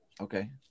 Okay